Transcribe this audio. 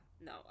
no